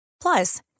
Plus